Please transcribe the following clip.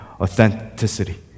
authenticity